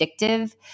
addictive